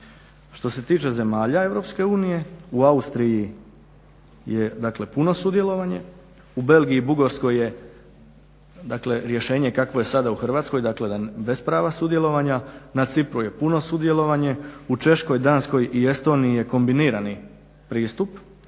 Što se tiče zemalja Europske unije, u Austriji je dakle puno sudjelovanje, u Belgiji i Bugarskoj je rješenje kakvo je sada u Hrvatskoj, dakle bez prava sudjelovanja, na Cipru je puno sudjelovanje, u Češkoj, Danskoj i Estoniji je kombinirani pristup,